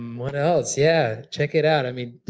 what else, yeah. check it out, i mean,